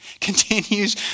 continues